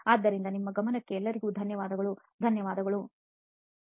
ಆದ್ದರಿಂದ ನಿಮ್ಮ ಗಮನಕ್ಕೆ ಎಲ್ಲರಿಗೂ ಧನ್ಯವಾದಗಳು ಧನ್ಯವಾದಗಳು